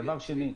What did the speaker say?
דבר שני,